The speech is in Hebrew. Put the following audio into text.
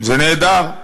זה נהדר,